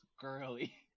girly